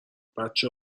بچه